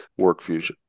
WorkFusion